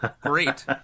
great